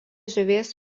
žuvies